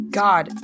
god